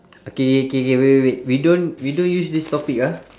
K K K K wait wait wait we don't we don't use this topic ah